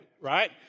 right